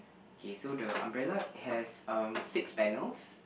okay so the umbrella has um six panels